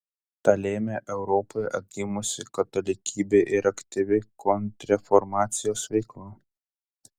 tą lėmė europoje atgimusi katalikybė ir aktyvi kontrreformacijos veikla